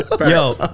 Yo